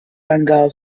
bengal